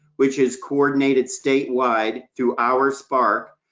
which is coordinated statewide through our spark,